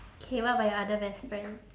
K what about your other best friend